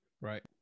Right